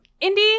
Indy